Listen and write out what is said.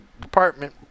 department